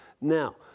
Now